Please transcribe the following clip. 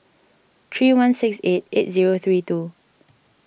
three one six eight eight zero three two